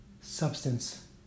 substance